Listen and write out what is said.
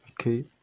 Okay